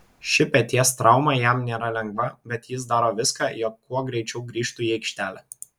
ši peties trauma jam nėra lengva bet jis daro viską jog kuo greičiau grįžtų į aikštelę